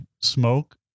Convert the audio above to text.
smoke